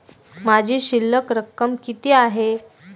माझी शिल्लक रक्कम किती आहे?